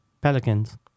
Pelicans